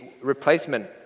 replacement